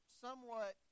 somewhat